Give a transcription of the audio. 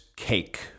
cake